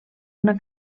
una